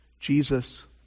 Jesus